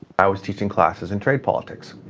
i was teaching classes in trade politics.